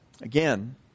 again